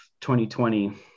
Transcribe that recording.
2020